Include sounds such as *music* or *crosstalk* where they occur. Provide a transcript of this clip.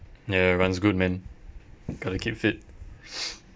ya run's good man gotta keep fit *noise*